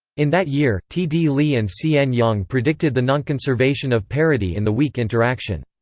in that year, t. d. lee and c. n. yang predicted the nonconservation of parity in the weak interaction.